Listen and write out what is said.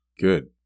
Good